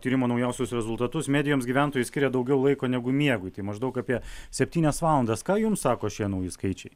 tyrimo naujausius rezultatus medijoms gyventojai skiria daugiau laiko negu miegui tai maždaug apie septynias valandas ką jums sako šie nauji skaičiai